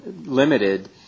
limited